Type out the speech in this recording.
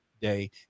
day